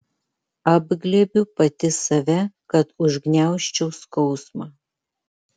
apglėbiu pati save kad užgniaužčiau skausmą